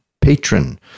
patron